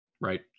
right